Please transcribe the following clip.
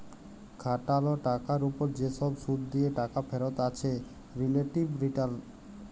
খাটাল টাকার উপর যে সব শুধ দিয়ে টাকা ফেরত আছে রিলেটিভ রিটারল